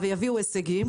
ויביאו הישגים,